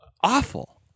Awful